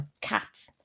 cats